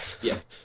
Yes